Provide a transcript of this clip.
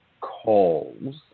calls